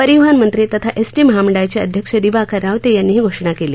परिवहन मंत्री तथा एसटी महामंडळाचे अध्यक्ष दिवाकर रावते यांनी ही घोषणा केली